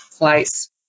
place